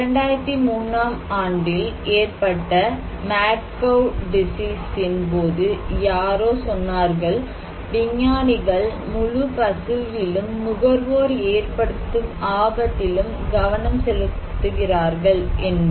2003 ஆம் ஆண்டில் ஏற்பட்ட மட் கௌ ன் போது யாரோ சொன்னார்கள் விஞ்ஞானிகள் முழு பசுவிலும் நுகர்வோர் ஏற்படுத்தும் ஆபத்திலும் கவனம் செலுத்துகிறார்கள் என்று